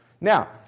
Now